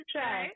Try